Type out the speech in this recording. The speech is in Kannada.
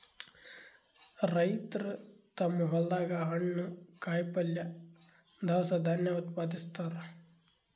ರೈತರ್ ತಮ್ಮ್ ಹೊಲ್ದಾಗ ಹಣ್ಣ್, ಕಾಯಿಪಲ್ಯ, ದವಸ ಧಾನ್ಯ ಉತ್ಪಾದಸ್ತಾರ್